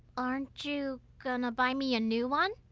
aren't you. gonna buy me a new one?